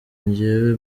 njyewe